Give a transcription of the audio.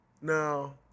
Now